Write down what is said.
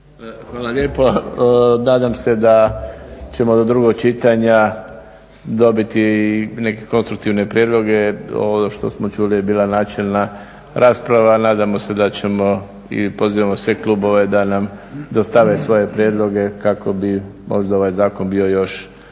Hvala lijepo. Nadam se da ćemo do drugog čitanja dobiti neke konstruktivne prijedloge. Ovo što smo čuli je bila načelna rasprava. Nadamo se da ćemo i pozivamo sve klubove da nas dostave svoje prijedloge kako bi možda ovaj zakon bio još